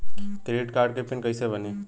Credit card के PIN कैसे बनी?